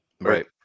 Right